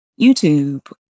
YouTube